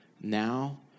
now